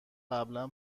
قبلا